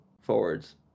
forwards